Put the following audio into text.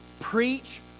preach